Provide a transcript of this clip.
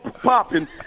popping